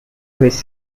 his